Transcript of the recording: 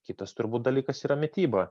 kitas turbūt dalykas yra mityba